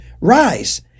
rise